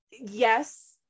Yes